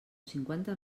cinquanta